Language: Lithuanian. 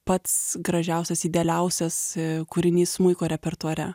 pats gražiausias idealiausias kūrinys smuiko repertuare